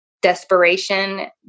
desperation